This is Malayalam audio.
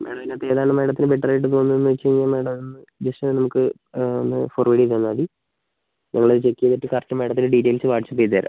മാഡം അതിനകത്ത് ഏത് ആണ് മാഡത്തിന് ബെറ്റർ ആയിട്ട് തോന്നുന്നത് വെച്ച് കഴിഞ്ഞാൽ മാഡം ഒന്ന് ജസ്റ്റ് നമുക്ക് ഒന്ന് ഫോർവേഡ് ചെയ്ത് തന്നാൽ മതി നമ്മൾ അത് ചെക്ക് ചെയ്തിട്ട് കറക്റ്റ് മാഡത്തിന് ഡീറ്റെയിൽസ് വാട്ട്സ്ആപ്പ് ചെയ്ത്തരാം